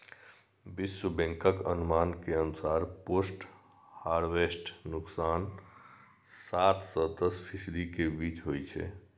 विश्व बैंकक अनुमान के अनुसार पोस्ट हार्वेस्ट नुकसान सात सं दस फीसदी के बीच होइ छै